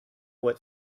what